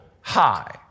high